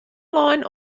lein